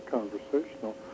conversational